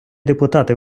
депутати